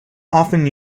often